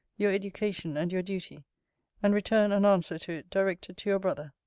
your education, and your duty and return an answer to it, directed to your brother.